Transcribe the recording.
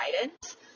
guidance